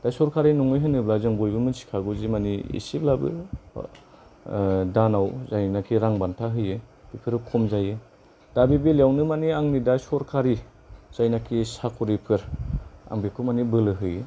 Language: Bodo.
दा सरखारि नङै होनोब्ला जों बयबो मोनथिखागौ जि मानि एसेब्लाबो ओ ओ दानाव जायनाखि रां बान्था होयो बेफोरो खम जायो दा बे बेलायावनो मानि आंनि दा सरखारि जायनाखि साक'रिफोर आं बेखौ माने बोलो होयो